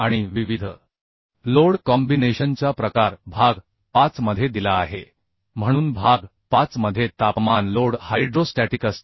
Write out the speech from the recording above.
आणि विविध लोड कॉम्बिनेशनचा प्रकार भाग 5 मध्ये दिला आहे म्हणून भाग 5 मध्ये तापमान लोड हायड्रोस्टॅटिक असतो